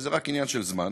וזה רק עניין של זמן,